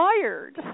tired